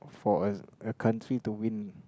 for us a country to win